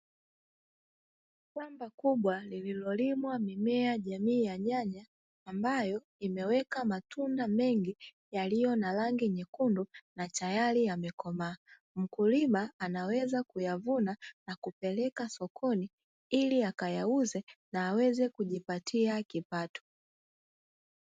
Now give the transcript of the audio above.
Shamba kubwa lililolimwa mimea jamii ya nyanya imeweka matunda mengi yaliyo na rangi nyekundu na tayari yamekomaa, mkulima anaweza kuyavuna na kupeleka sokoni ili akayauze na aweze kujipatia kipato.